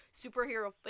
superhero